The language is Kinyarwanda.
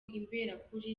imberakuri